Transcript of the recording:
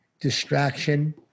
distraction